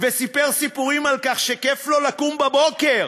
סיפר סיפורים על כך שכיף לו לקום בבוקר,